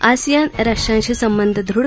ASEAN राष्ट्रांशी संबंध दृढ